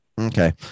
Okay